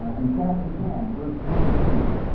ah in chapter ten, verse twenty two